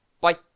Bye